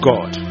God